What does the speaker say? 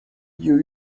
you